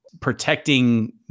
protecting